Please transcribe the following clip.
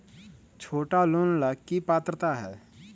छोटा लोन ला की पात्रता है?